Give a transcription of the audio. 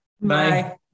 Bye